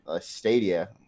Stadia